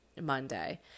Monday